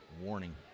warning